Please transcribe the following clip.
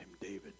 David